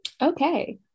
Okay